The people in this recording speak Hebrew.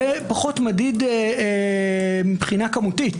נכון, כמותית,